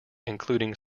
including